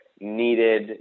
needed